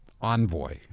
envoy